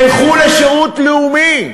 תלכו לשירות לאומי.